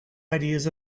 ideas